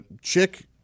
Chick